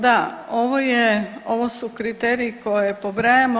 Da, ovo su kriteriji koje pobrajamo.